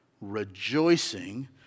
rejoicing